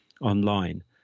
online